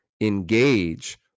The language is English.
engage